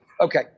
Okay